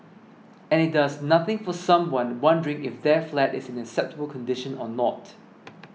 and it does nothing for someone wondering if their flat is in acceptable condition or not